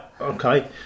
okay